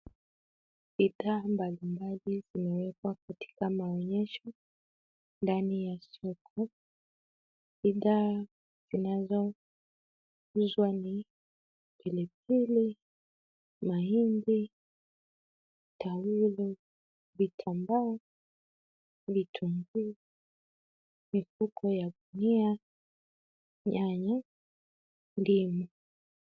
Bidhaa mbalimbali zimewekwa katika maonyesho ndani ya soko. Bidhaa zinazouzwa ni pilipili, mahindi, taulo, vitambaa, vitunguu, mifuko ya gunia, nyanya, ndimu.